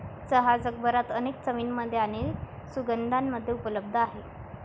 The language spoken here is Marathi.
चहा जगभरात अनेक चवींमध्ये आणि सुगंधांमध्ये उपलब्ध आहे